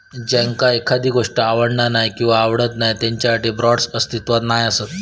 ज्यांका एखादी गोष्ट आवडना नाय किंवा आवडत नाय त्यांच्यासाठी बाँड्स अस्तित्वात नाय असत